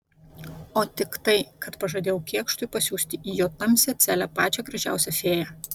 o tik tai kad pažadėjau kėkštui pasiųsti į jo tamsią celę pačią gražiausią fėją